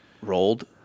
rolled